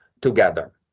together